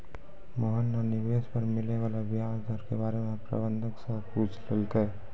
मोहन न निवेश पर मिले वाला व्याज दर के बारे म प्रबंधक स पूछलकै